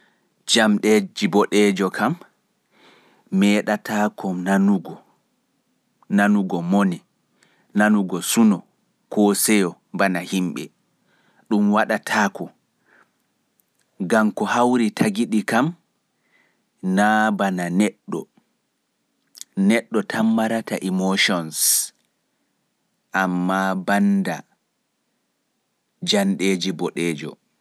Jamɗe boɗeejo kam meɗatako nanugo mone, seyo ko suno bana himɓe. Ɗun waɗatako gam ko hauri tagi ɗi kam na bana ɗun neɗɗo. Neɗɗo tan marata emotions